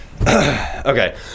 Okay